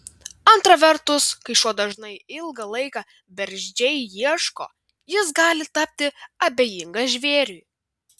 antra vertus kai šuo dažnai ilgą laiką bergždžiai ieško jis gali tapti abejingas žvėriui